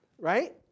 right